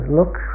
look